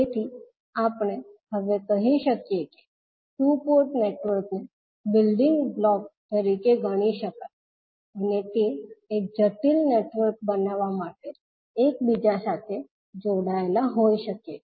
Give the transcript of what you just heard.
તેથી આપણે હવે કહી શકીએ કે ટુ પોર્ટ નેટવર્કને બિલ્ડીંગ બ્લોક તરીકે ગણી શકાય અને તે એક જટિલ નેટવર્ક બનાવવા માટે એકબીજા સાથે જોડાયેલા હોઈ શકે છે